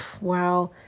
wow